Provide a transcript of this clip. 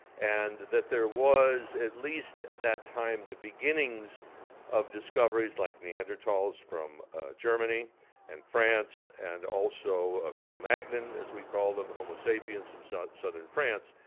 and that there was, at least at that time, the beginnings of discoveries like neanderthals from germany and france, and also a cro-magnon, as we call them, homo sapiens from so southern france.